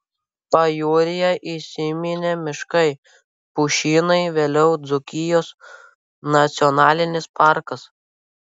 pajūryje įsiminė miškai pušynai vėliau dzūkijos nacionalinis parkas